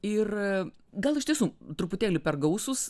ir gal iš tiesų truputėlį per gausūs